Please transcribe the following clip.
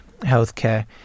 healthcare